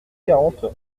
quarante